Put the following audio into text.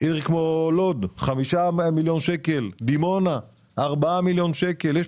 לעיר כמו לוד, על ארבעה מיליון שקל לדימונה.